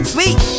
Sweet